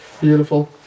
Beautiful